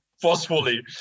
forcefully